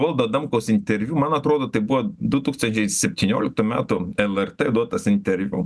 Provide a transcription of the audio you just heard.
valdo adamkaus interviu man atrodo tai buvo du tūkstančiai septynioliktų metų lrt duotas interviu